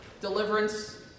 Deliverance